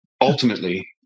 Ultimately